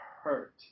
hurt